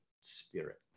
spirit